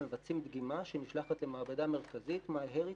ומבצעים דגימה שנשלחת למעבדה מרכזית MyHeritage.